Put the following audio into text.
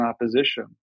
opposition